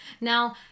Now